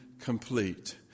complete